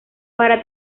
para